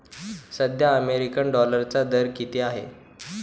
सध्या अमेरिकन डॉलरचा दर किती आहे?